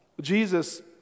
Jesus